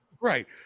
Right